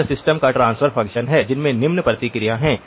तो यह सिस्टम का ट्रांसफर फंक्शन है जिसमें निम्न प्रतिक्रिया है